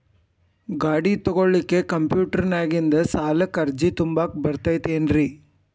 ಗಾಡಿ ತೊಗೋಳಿಕ್ಕೆ ಕಂಪ್ಯೂಟೆರ್ನ್ಯಾಗಿಂದ ಸಾಲಕ್ಕ್ ಅರ್ಜಿ ತುಂಬಾಕ ಬರತೈತೇನ್ರೇ?